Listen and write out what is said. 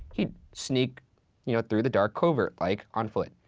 he'd sneak you know through the dark covert, like on foot.